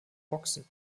boxen